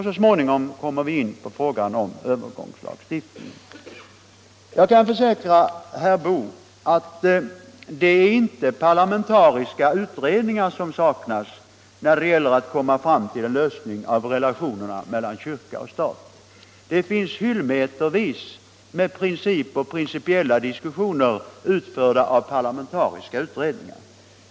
Så småningom kommer vi in på frågan om övergångslagstiftningen. Jag kan försäkra herr Boo att det inte är parlamentariska utredningar som saknas när det gäller att komma fram till en lösning av relationerna mellan kyrka och stat. Det finns hyllmetervis med principiella diskussioner utförda av parlamentariska utredningar.